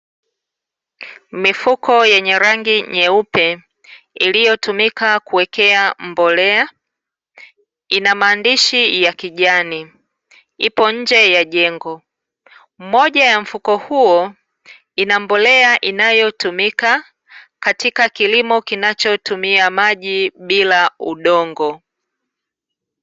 Mifuko yenye rangi nyeupe iliyotumika kuwekea mbolea, ina maandishi ya kijani ipo nje ya jengo moja ya mfuko huo ina mbolea inayotumika katika kilimo kinachotumia maji bila udongo.